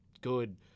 good